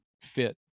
fit